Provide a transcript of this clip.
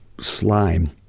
slime